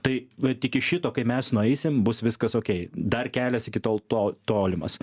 tai vat iki šito kai mes nueisim bus viskas okei dar kelias iki tol to tolimas